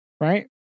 right